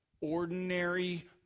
ordinary